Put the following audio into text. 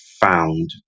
found